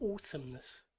awesomeness